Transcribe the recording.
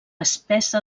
espessa